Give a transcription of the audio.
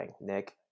Nick